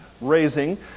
raising